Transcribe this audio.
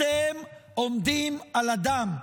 אתם עומדים על הדם.